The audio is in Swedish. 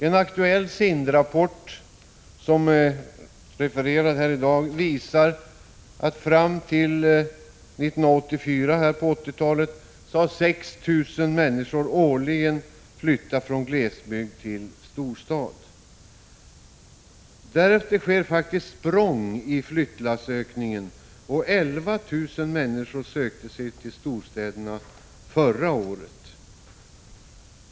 En aktuell SIND-rapport, som är refererad här i dag, visar att fram till 1984 har 6 000 människor årligen flyttat från glesbygd till storstad. Därefter sker faktiskt språng i flyttlassökningen, och 11 000 människor sökte sig till storstäderna förra året.